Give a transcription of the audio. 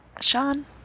Sean